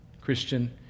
Christian